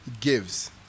gives